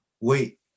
Wait